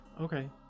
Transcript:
okay